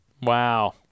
Wow